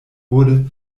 wurde